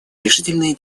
решительные